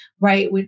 right